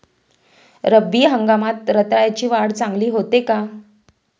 रब्बी हंगामात रताळ्याची वाढ चांगली होते का?